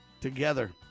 together